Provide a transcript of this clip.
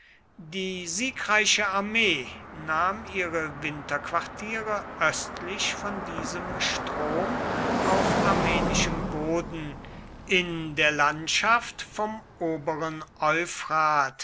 die siegreiche armee nahm ihre winterquartiere östlich von diesem strom auf armenischem boden in der landschaft vom oberen